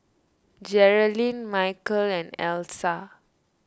Geralyn Michal and Elsa